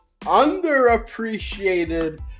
underappreciated